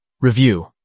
Review